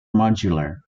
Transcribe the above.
modular